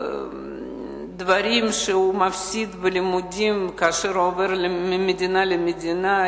דברים שהוא מפסיד בלימודים כאשר הוא עובר ממדינה למדינה,